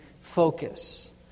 focus